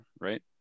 right